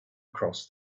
cross